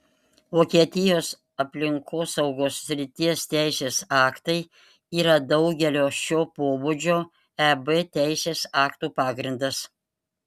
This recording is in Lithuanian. vokietijos aplinkosaugos srities teisės aktai yra daugelio šio pobūdžio eb teisės aktų pagrindas